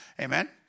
Amen